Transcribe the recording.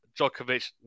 Djokovic